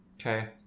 Okay